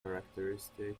characteristic